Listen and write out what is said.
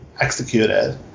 executed